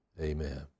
Amen